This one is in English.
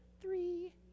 Three